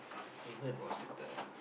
favourite was at the